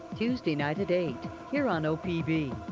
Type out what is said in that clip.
tuesday night at eight, here on opb.